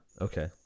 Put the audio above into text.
okay